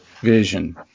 Vision